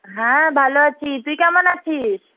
হ্যাঁ ভালো আছি তুই কেমন আছিস